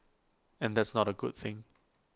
and that's not A good thing